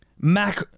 Mac